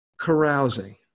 Carousing